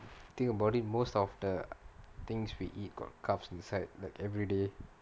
think about it most of the things we eat got carbohydrates inside like everyday